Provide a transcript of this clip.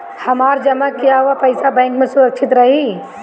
हमार जमा किया हुआ पईसा बैंक में सुरक्षित रहीं?